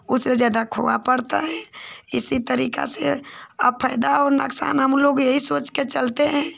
उससे ज़्यादा खोआ पड़ता है इसी तरीके से अब फ़ायदा हो नुकसान हमलोग यही सोचकर चलते हैं